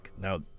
now